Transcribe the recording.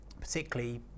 particularly